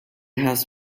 has